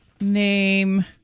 Name